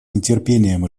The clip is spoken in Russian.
нетерпением